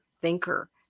thinker